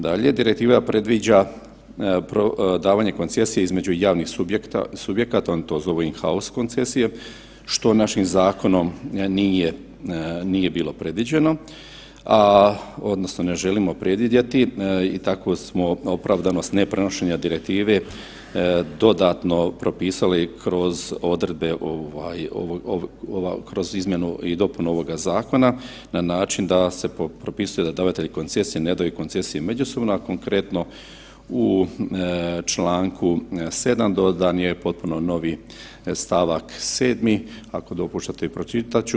Dalje, direktiva predviđa davanje koncesije između javnih subjekata, oni to zovu in haus koncesije što našim zakonom nije bilo predviđeno odnosno ne želimo predvidjeti i tako smo opravdanost ne prenošenja direktive dodatno propisali kroz odredbe kroz izmjenu i dopunu ovoga zakona na način da se propisuje da davatelji koncesije ne daju koncesije međusobno, a konkretno u čl. 7. dodan je potpuno novi st. 7. ako dopuštate i pročitat ću.